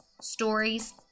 stories